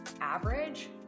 average